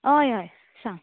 हय हय सांग